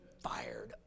fired